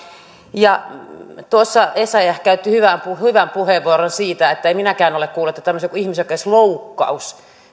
tuossa essayah käytti hyvän puheenvuoron siitä mistä minäkään en ole kuullut että tämmöinen on niin kuin ihmisoikeusloukkaus